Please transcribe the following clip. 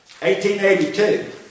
1882